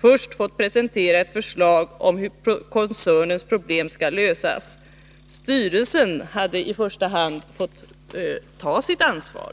först fått presentera ett förslag till hur koncernens problem skall lösas. Då hade i första hand styrelsen fått ta sitt ansvar.